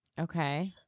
Okay